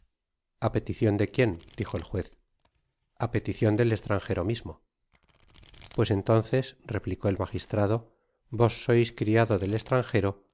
peticion de quién dijo el juez a peticion del estranjero mismo pues entonces replicó el magistrado vos sois criado del estranjero